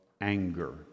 anger